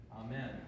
Amen